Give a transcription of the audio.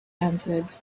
answered